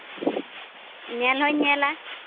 ᱧᱮᱞ ᱦᱩᱧ ᱧᱮᱞᱟ